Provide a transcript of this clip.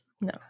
No